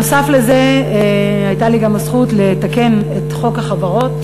נוסף על זה הייתה לי גם הזכות לתקן את חוק החברות,